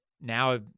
now